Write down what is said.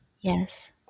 yes